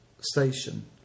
Station